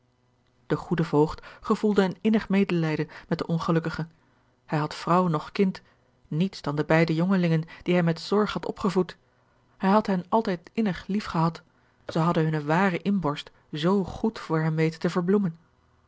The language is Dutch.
de goede voogd gevoelde een innig medelijden met den ongelukkige hij had vrouw noch kind niets dan de beide jongelingen die hij met zorg had opgevoed hij had hen altijd innig lief gehad zij hadden hunne ware inborst zoo goed voor hem weten te verbloemen